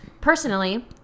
Personally